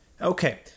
Okay